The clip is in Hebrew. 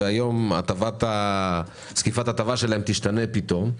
וזקיפת ההטבה שלהם פתאום.